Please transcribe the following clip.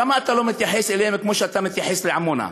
למה אתה לא מתייחס אלינו כמו שאתה מתייחס לעמונה?